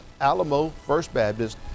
alamofirstbaptist